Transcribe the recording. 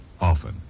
often